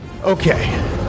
Okay